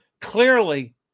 Clearly